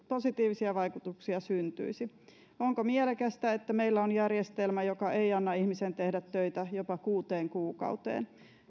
positiivisia vaikutuksia syntyisi onko mielekästä että meillä on järjestelmä joka ei anna ihmisen tehdä töitä jopa kuuteen kuukauteen